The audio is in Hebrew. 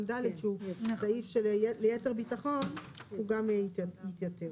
ד' שהוא סעיף שליתר ביטחון הוא גם יתייתר.